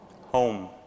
Home